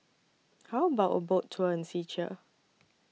How about A Boat Tour in Czechia